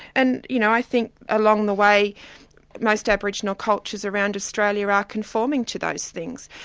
and you know i think along the way most aboriginal cultures around australia are are conforming to those things.